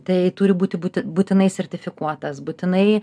tai turi būti būti būtinai sertifikuotas būtinai